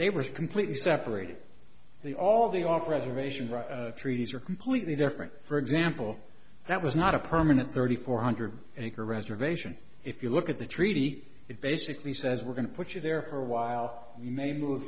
they were completely separated the all the off reservation right treaties are completely different for example that was not a permanent thirty four hundred acre reservation if you look at the treaty it basically says we're going to put you there for a while you may move